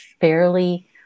fairly